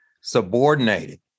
subordinated